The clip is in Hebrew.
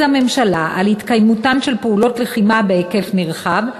הממשלה על התקיימותן של פעולות לחימה בהיקף נרחב,